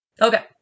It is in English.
Okay